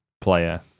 player